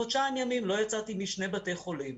חודשיים ימים לא יצאתי משני בתי חולים.